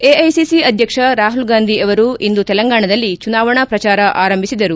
AICC ಅಧ್ಯಕ್ಷ ರಾಹುಲ್ಗಾಂಧಿ ಅವರು ಇಂದು ತೆಲಂಗಾಣದಲ್ಲಿ ಚುನಾವಣಾ ಪ್ರಚಾರ ಆರಂಭಿಸಿದರು